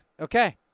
Okay